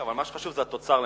מה שחשוב זה התוצר לנפש,